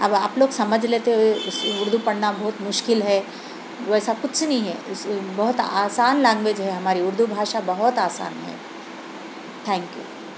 اب آپ لوگ سمجھ لیتے اُردو پڑھنا بہت مشکل ہے ویسا کچھ نہیں ہے اُس بہت آسان لینگویج ہے ہماری اُردو بھاشا بہت آسان ہے تھینک یو